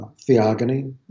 Theogony